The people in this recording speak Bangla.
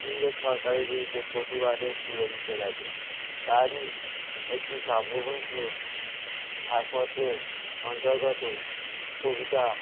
ইংরেজ সরকারের বিরুদ্ধে প্রতিবাদে ছুঁড়ে লিখে গেছেন তারই একটি কাব্যগ্রন্থ তার পথে অন্তর্গত কবিতা